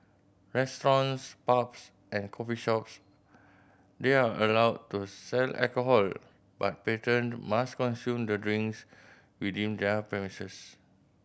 restaurants pubs and coffee shops there allowed to sell alcohol but patrons must consume the drinks within their premises